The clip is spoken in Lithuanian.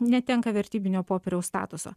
netenka vertybinio popieriaus statuso